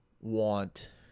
want